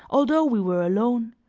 although we were alone,